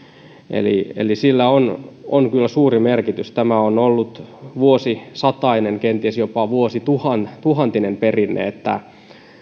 sillä on on kyllä suuri merkitys tämä on ollut vuosisatainen kenties jopa vuosituhantinen perinne että